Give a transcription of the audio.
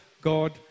God